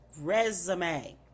resume